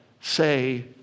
say